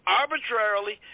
arbitrarily